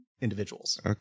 individuals